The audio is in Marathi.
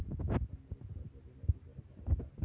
मला संबंधित कर्ज घेण्याची गरज आहे